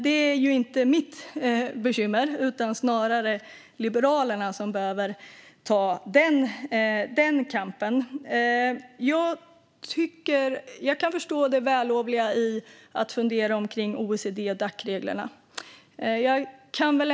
Det är dock inte mitt bekymmer, utan det är snarare Liberalerna som behöver ta den kampen. Jag ser det vällovliga i att fundera kring OECD-Dac-reglerna.